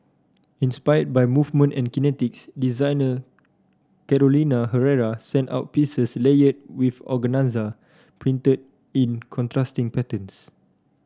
inspired by movement and kinetics designer Carolina Herrera sent out pieces layered with organza printed in contrasting patterns